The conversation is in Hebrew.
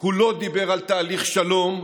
הוא לא דיבר על תהליך שלום,